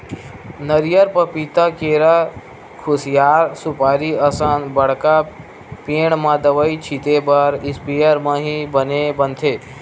नरियर, पपिता, केरा, खुसियार, सुपारी असन बड़का पेड़ म दवई छिते बर इस्पेयर म ही बने बनथे